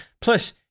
Plus